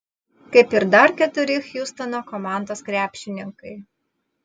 kaip ir dar keturi hjustono komandos krepšininkai